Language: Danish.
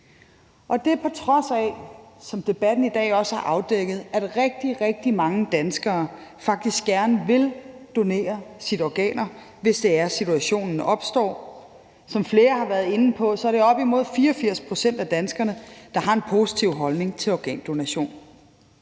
Det er, som debatten i dag også har afdækket, på trods af at rigtig, rigtig mange danskere faktisk gerne vil donere deres organer, hvis det er, at situationen opstår. Som flere har været inde på, er det op imod 84 pct. af danskerne, der har en positiv holdning til organdonation.